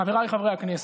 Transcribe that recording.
חבריי חברי הכנסת,